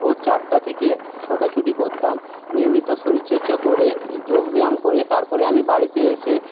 ভোর চারটে থেকে ছোটাছুটি করতাম নিয়মিত শরীরচর্চা করে যোগ ব্যায়াম করে তারপরে আমি বাড়িতে এসে